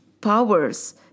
powers